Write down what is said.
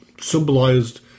symbolized